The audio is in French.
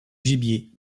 gibier